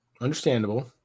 Understandable